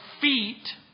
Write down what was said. feet